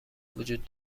وجود